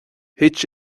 thit